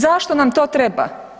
Zašto nam to treba?